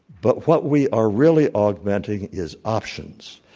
but what we are really augmenting is options.